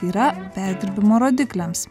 yra perdirbimo rodikliams